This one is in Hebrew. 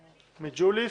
מג'וליס?